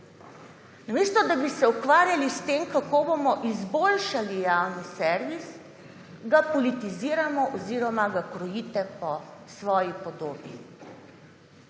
Namesto da bi se ukvarjali s tem, kako bomo izboljšali javni servis, ga politiziramo oziroma ga krojite po svoji podobi.